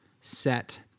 set